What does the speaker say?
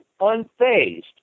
unfazed